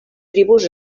tribus